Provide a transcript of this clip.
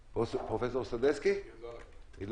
ובאופן ספציפי חבר הכנסת גדי יברקן שאל מדוע